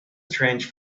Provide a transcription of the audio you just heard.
strange